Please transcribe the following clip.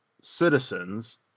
citizens